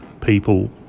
people